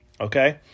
Okay